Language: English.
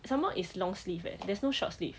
some more it's long sleeve eh there's no short sleeve